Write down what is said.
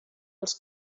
els